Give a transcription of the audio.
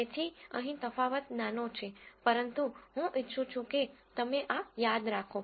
તેથી અહીં તફાવત નાનો છે પરંતુ હું ઇચ્છું છું કે તમે આ યાદ રાખો